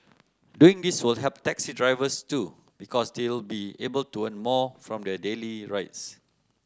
doing this will help taxi drivers too because they'll be able to earn more from their daily rides